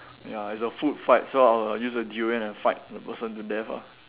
ya it's a food fight so I would use a durian and fight the person to death ah